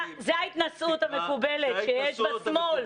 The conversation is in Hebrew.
זה ההתנשאות המקובלת שיש בשמאל.